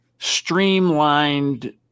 streamlined